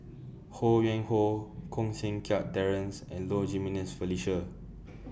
Ho Yuen Hoe Koh Seng Kiat Terence and Low Jimenez Felicia